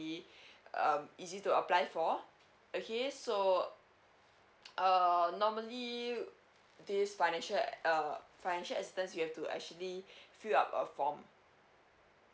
pretty um easy to apply for okay so err normally this financial uh financial assistance you have to actually fill up a form